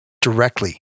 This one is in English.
directly